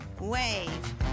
wave